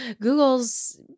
Google's